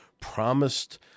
promised